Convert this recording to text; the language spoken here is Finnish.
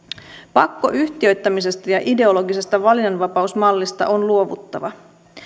pakkoyhtiöittämisestä ja ideologisesta valinnanvapausmallista on luovuttava